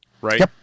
right